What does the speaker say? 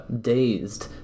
dazed